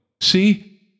See